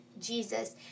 Jesus